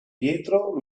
pietro